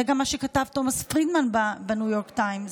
זה גם מה שכתב תומס פרידמן בניו יורק טיימס.